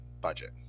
budget